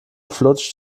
flutscht